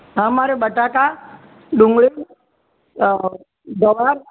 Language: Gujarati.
હા મારે બટાકા ડુંગળી ગવાર